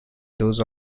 those